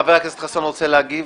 חבר הכנסת חסון, רוצה להגיב?